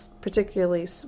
particularly